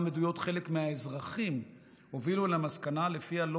גם עדויות חלק מהאזרחים הובילו למסקנה שלפיה לא